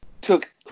took